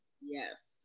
yes